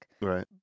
Right